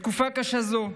בתקופה קשה זו,